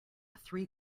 three